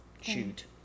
Shoot